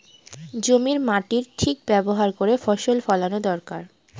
জমির মাটির ঠিক ব্যবহার করে ফসল ফলানো দরকার